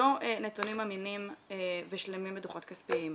לא נתונים אמינים ושלמים בדוחות כספיים,